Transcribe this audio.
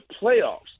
playoffs